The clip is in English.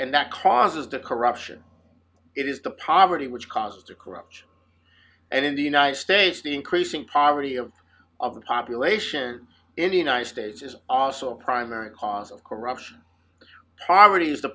and that causes the corruption it is the poverty which caused the corruption and in the united states the increasing poverty of of the population in the united states is also a primary cause of corruption poverty is the